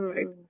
Right